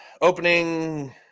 opening